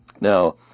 now